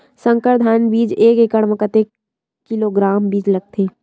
संकर धान बीज एक एकड़ म कतेक किलोग्राम बीज लगथे?